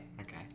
Okay